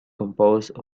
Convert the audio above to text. composed